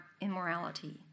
immorality